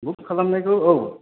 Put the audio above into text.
बुख खालामनायखौ औ